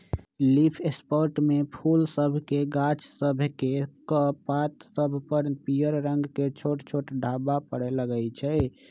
leaf spot में फूल सभके गाछ सभकेक पात सभ पर पियर रंग के छोट छोट ढाब्बा परै लगइ छै